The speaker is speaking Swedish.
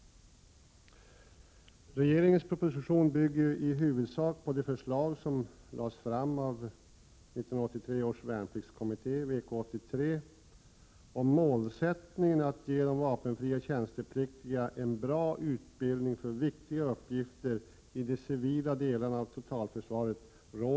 Regeringens proposition bygger i huvudsak på de förslag som framlades av 1983 års värnpliktskommitté, VK 83. Det råder stor enighet om målsättningen att ge de vapenfria tjänstepliktiga en bra utbildning för viktiga uppgifter i de civila delarna av totalförsvaret.